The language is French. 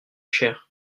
cher